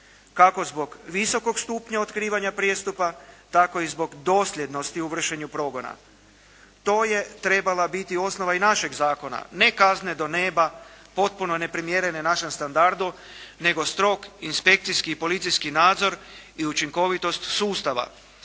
kako zbog visokog stupnja otkrivanja prijestupa, tako i zbog dosljednosti u vršenju progona. To je trebala biti osnova i našeg zakona, ne kazne do neba potpuno neprimjerene našem standardu, nego strog inspekcijski i policijski nadzor i učinkovitost sustava